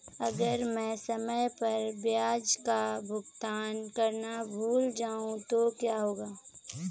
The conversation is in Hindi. अगर मैं समय पर ब्याज का भुगतान करना भूल जाऊं तो क्या होगा?